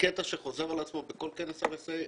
קטע שחוזר על עצמו בכל כנס RSA,